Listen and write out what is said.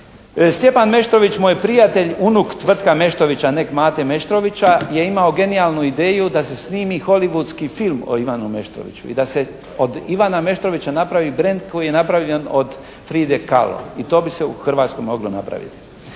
Stjepan Meštrović, moj prijatelj, unuk Tvrtka Meštrovića, ne Mate Meštrovića je imao genijalnu ideju da se snimi holivudski film o Ivanu Meštroviću i da se od Ivana Meštrovića napravi brend koji je napravljen od Fride Kahlo. I to bi se u Hrvatskoj moglo napraviti.